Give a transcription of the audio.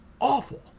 awful